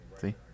See